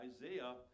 Isaiah